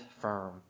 firm